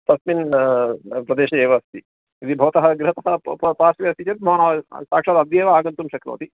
तस्मिन् प्रदेशे एव अस्ति यदि भवतः गृहतः पार्श्वे अस्ति चेत् मम साक्षात् अद्य एव आगन्तुं शक्नोति